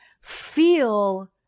feel